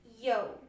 yo